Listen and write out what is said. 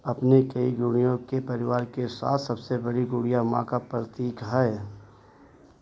अपनी कई गुड़ियों के परिवार के साथ सबसे बड़ी गुड़िया माँ का प्रतीक है